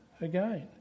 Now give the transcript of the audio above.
again